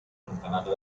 allontanato